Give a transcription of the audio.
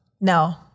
No